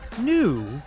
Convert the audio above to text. new